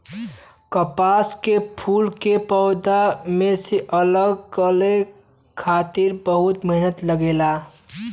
कपास के फूल के पौधा में से अलग करे खातिर बहुते मेहनत लगेला